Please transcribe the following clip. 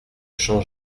champ